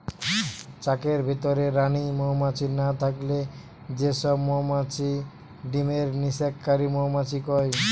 চাকের ভিতরে রানী মউমাছি না থাকলে যে সব মউমাছি ডিমের নিষেক কারি মউমাছি কয়